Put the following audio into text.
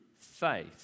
faith